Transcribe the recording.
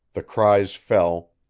the cries fell,